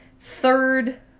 third